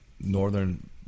northern